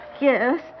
Yes